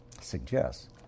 suggests